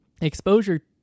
exposure